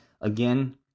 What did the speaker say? Again